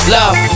love